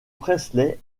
presley